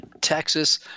Texas